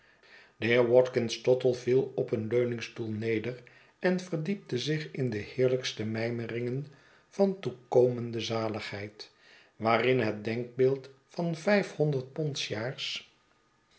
watkins tottle viel op een leuningstoel neder en verdiepte zich in de heerlijkste mijmerijen van toekomende zaligheid waarin het denkbeeld van vijfhonderd pond s jaars